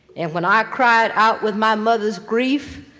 and when i cried out with my mother's grief,